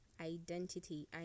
identity